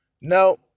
No